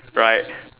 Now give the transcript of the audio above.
right